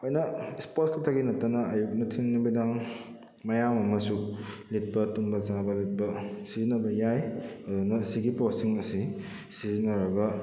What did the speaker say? ꯑꯩꯈꯣꯏꯅ ꯁ꯭ꯄꯣꯔꯠꯁꯈꯛꯇꯒꯤ ꯅꯠꯇꯅ ꯑꯌꯨꯛ ꯅꯨꯊꯤꯟ ꯅꯨꯃꯤꯗꯥꯡ ꯃꯌꯥꯝ ꯑꯃꯁꯨ ꯂꯤꯠꯄ ꯇꯨꯝꯕ ꯆꯥꯕ ꯂꯤꯠꯄ ꯁꯤꯖꯟꯅꯕ ꯌꯥꯏ ꯑꯗꯨꯅ ꯑꯁꯤꯒꯤ ꯄꯣꯠꯁꯤꯡ ꯑꯁꯤ ꯁꯤꯖꯤꯟꯅꯔꯒ